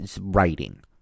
writing